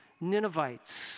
Ninevites